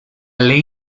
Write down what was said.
ley